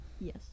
Yes